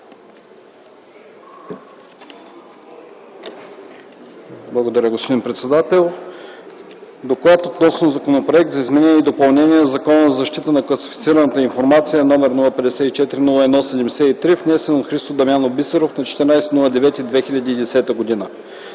Благодаря, господин председател. „ДОКЛАД относно Законопроект за изменение и допълнение на Закона за защита на класифицираната информация, № 054-01-73, внесен от Христо Дамянов Бисеров на 14 септември